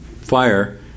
fire